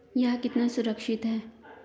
यह कितना सुरक्षित है?